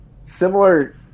similar